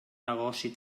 negoci